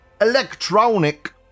electronic